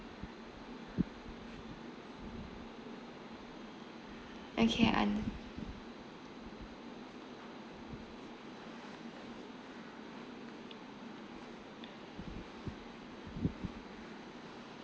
okay un~